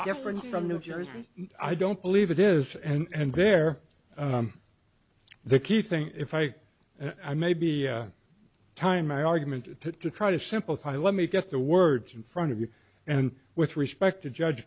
different from new jersey i don't believe it is and there the key thing if i may be time my argument to try to simplify let me get the words in front of you and with respect to judge